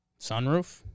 Sunroof